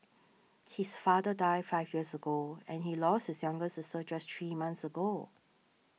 his father died five years ago and he lost his younger sister just three months ago